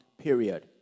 period